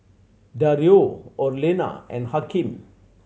Dario Orlena and Hakeem